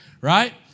right